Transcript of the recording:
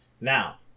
Now